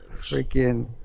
Freaking